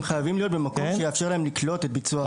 הם חייבים להיות במקום שיאפשר להם לקלוט את ביצוע העבירה.